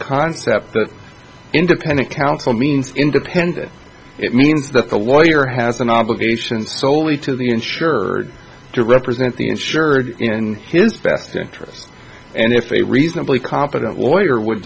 concept that independent counsel means independent it means that the lawyer has an obligation soley to the insured to represent the insured in his best interest and if a reasonably competent lawyer would